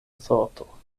sorto